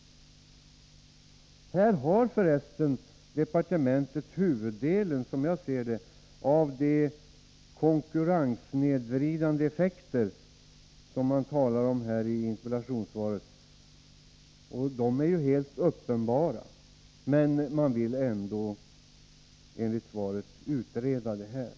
Som jag ser det är departementet ansvarigt för huvuddelen av de konkurrenssnedvridande effekter som det talas om i interpellationssvaret, och dessa är helt uppenbara. Man vill ändå enligt svaret utreda saken.